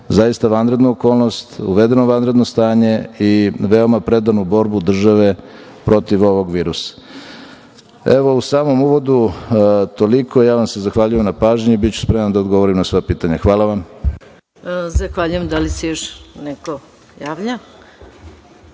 zaista vanrednu okolnost, uvedeno vanredno stanje i veoma predanu borbu države protiv ovog virusa.U samom uvodu toliko. Ja vam se zahvaljujem na pažnji. Biću spreman da odgovorim na sva pitanja. Hvala vam. **Maja Gojković** Zahvaljujem. Da li se još neko od